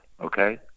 okay